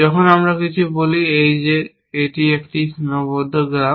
যখন আমরা কিছু বলি এই যে এটি একটি সীমাবদ্ধ গ্রাফ